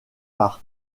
par